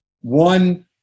one